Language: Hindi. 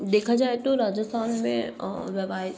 देखा जाए तो राजस्थान में व्यावसायिक